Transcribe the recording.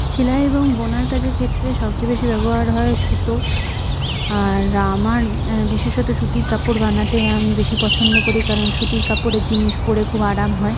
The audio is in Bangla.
সেলাই এবং বোনার কাজের ক্ষেত্রে সবচেয়ে বেশি ব্যবহার হয় সুতো আর আমার বিশেশত সুতির কাপড় বানাতে আমি বেশি পছন্দ করি কারণ সুতির কাপড়ের জিনিস পরে খুব আরাম হয়